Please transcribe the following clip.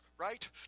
right